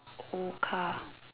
old car